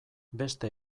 beste